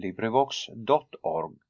LibriVox.org